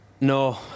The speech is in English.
No